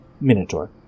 Minotaur